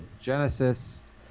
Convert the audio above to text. Genesis